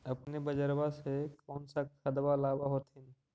अपने बजरबा से कौन सा खदबा लाब होत्थिन?